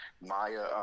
Maya